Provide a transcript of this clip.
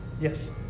Yes